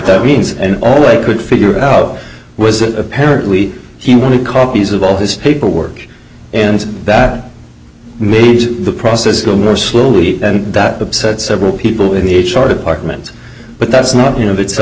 that means and all i could figure out was that apparently he wanted copies of all this paperwork and that made the process go more slowly and that upset several people in the h r department but that's not you know